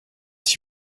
sich